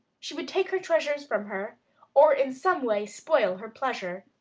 she would take her treasures from her or in some way spoil her pleasure.